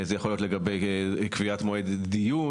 זה יכול להיות לגבי קביעת מועד דיון